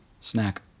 Snack